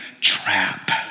trap